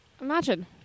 Imagine